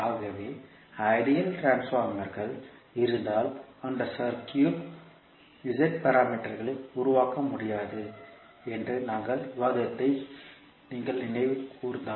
ஆகவே ஐடியல் டிரான்ஸ்பார்மர்கள் இருந்தால் அந்த சர்க்யூட் க்கான z பாராமீட்டர்களை உருவாக்க முடியாது என்று நாங்கள் விவாதித்ததை நீங்கள் நினைவு கூர்ந்தால்